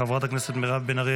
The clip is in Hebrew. חברת הכנסת מירב בן ארי,